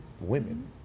Women